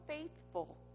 faithful